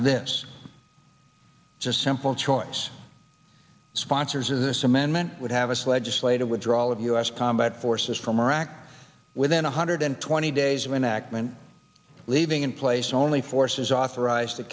to this just simple choice sponsors of this amendment would have us legislative withdrawal of u s combat forces from iraq within one hundred twenty days of an act meant leaving in place only forces authorized to